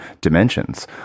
dimensions